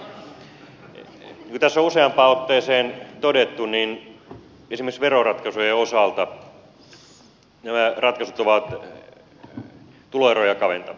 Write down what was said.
niin kuin tässä on useampaan otteeseen todettu niin esimerkiksi veroratkaisujen osalta nämä ratkaisut ovat tuloeroja kaventavia